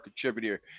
contributor